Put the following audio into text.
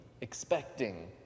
expecting